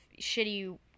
shitty